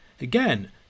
Again